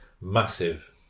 massive